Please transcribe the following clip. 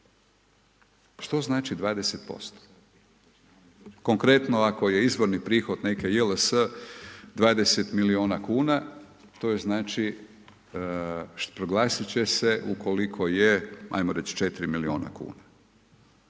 Što znači 20%? Konkretno, ako je izvrni prihod neke JLS 20 milijuna kuna, to znači proglasiti će se, ukoliko je, ajmo reći 4 milijuna kuna.